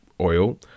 oil